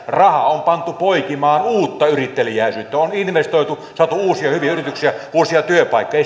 raha on pantu poikimaan uutta yritteliäisyyttä on on investoitu saatu uusia hyviä yrityksiä uusia työpaikkoja